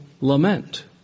lament